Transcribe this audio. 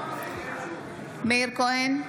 בעד מאיר כהן,